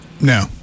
No